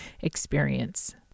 experience